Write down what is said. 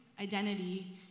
identity